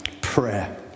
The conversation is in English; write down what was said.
prayer